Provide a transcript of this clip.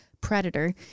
predator